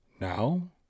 Now